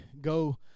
go